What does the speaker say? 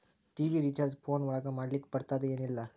TV recharge phone ಒಳಗ ಮಾಡ್ಲಿಕ್ ಬರ್ತಾದ ಏನ್ ಇಲ್ಲ?